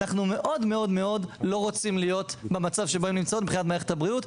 אנחנו מאוד לא רוצים להיות במצב שבו הן נמצאות מבחינת מערכת הבריאות,